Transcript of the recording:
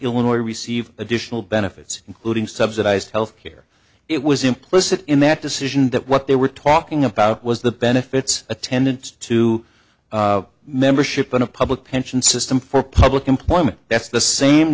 illinois receive additional benefits including subsidized health care it was implicit in that decision that what they were talking about was the benefits attendant to membership in a public pension system for public employment that's the same